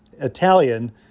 Italian